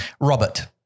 Robert